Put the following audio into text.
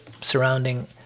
surrounding